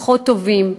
פחות טובים,